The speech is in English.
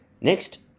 Next